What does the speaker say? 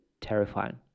terrifying